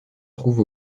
trouve